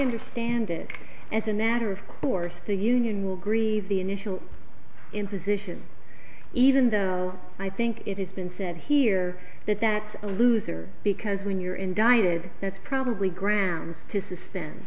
understand it as a matter of course the union will grieve the initial imposition even though i think it has been said here that that's a loser because when you're indicted that's probably grounds to s